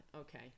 okay